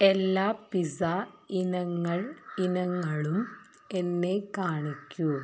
എല്ലാ പിസ്സ ഇനങ്ങൾ ഇനങ്ങളും എന്നെ കാണിക്കൂ